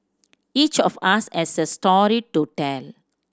each of us has a story to tell